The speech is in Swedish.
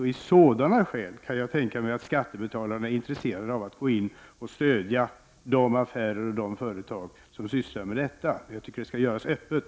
Och om det finns sådana skäl kan jag tänka mig att skattebetalarna är intresserade av att gå in och stödja de affärer och företag som sysslar med detta. Men jag tycker att det skall ske öppet.